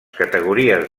categories